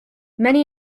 many